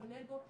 קולגות,